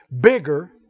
bigger